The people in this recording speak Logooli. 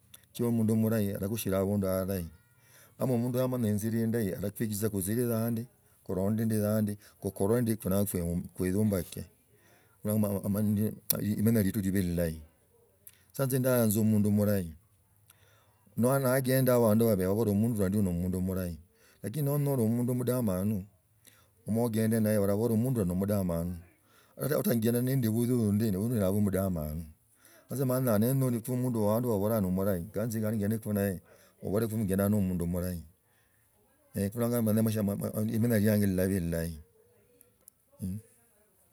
Chio omundu murahi arakushila abundu arahi, kama mundu omanyi injira indahi alakulhiza kuzileyabandi kulonda yaha ndi, kukuli ndi halafu, kuiyumbaka khulwo limenya lietu liba lilahi. Sasa ndayanza mundu murahi nolola nagenda bandu babeho bali mundu bandi no omundu murahi lakini norora nomundu mudamanu, nogande nnaye balabola omundu huyo nomudamanu. Sasa otanginanga nende mundu undi ne undi uno onyala khuba mudamanu. Sasa maneniku omundu ba abandu babolaa gendoa no omundu murahi kumenya lianje rilabaa lilahi.